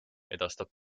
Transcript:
edastab